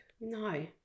no